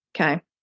okay